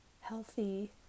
healthy